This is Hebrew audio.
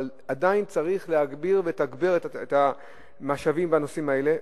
עדיין צריך להגביר ולתגבר את המשאבים בנושאים האלה.